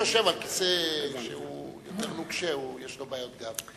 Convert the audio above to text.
שיושב על כיסא נוקשה יותר, יש לו בעיות גב.